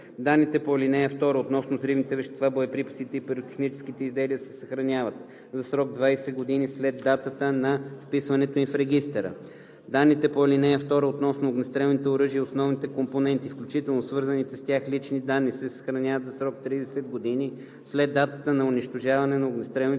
Данните по ал. 2 относно взривните вещества, боеприпасите и пиротехническите изделия се съхраняват за срок 20 години след датата на вписването им в регистъра. Данните по ал. 2 относно огнестрелните оръжия и основните компоненти, включително свързаните с тях лични данни, се съхраняват за срок 30 години след датата на унищожаване на огнестрелните